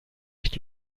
nicht